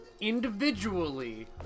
individually